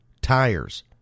tires